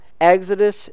Exodus